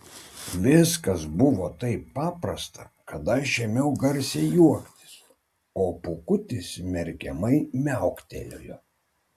viskas buvo taip paprasta kad aš ėmiau garsiai juoktis o pūkutis smerkiamai miauktelėjo